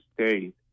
state